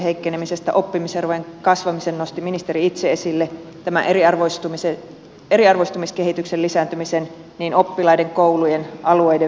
oppimiserojen kasvamisen nosti ministeri itse esille tämän eriarvoistumiskehityksen lisääntymisen oppilaiden koulujen alueiden välillä